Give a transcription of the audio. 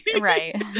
Right